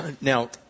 Now